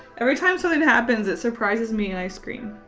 every time something happens it surprises me and scream.